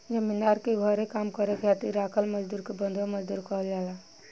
जमींदार के घरे काम करे खातिर राखल मजदुर के बंधुआ मजदूर कहल जाला